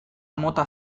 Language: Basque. mota